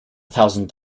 thousand